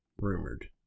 rumored